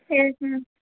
yes ma'am